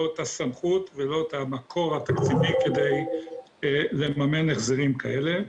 לא את הסמכות ולא את המקור התקציבי כדי לממן החזרים כאלה.